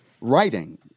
writing